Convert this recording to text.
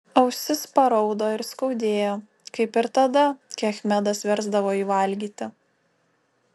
ausis paraudo ir skaudėjo kaip ir tada kai achmedas versdavo jį valgyti